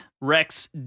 Rex